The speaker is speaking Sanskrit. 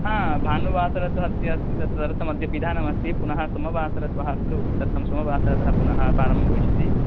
हा भानुवासर तु अद्य अस्ति तदर्थं पिधानमस्ति पुनः सोमवासरः श्वः खलु तदर्थं सोमवासरतः पुनः प्रारम्भः भविष्यति